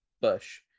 Bush